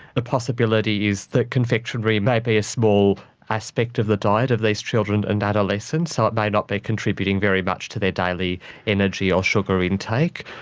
the possibilities that confectionery may be a small aspect of the diet of these children and adolescents, so it may not be contributing very much to their daily energy or sugar intake.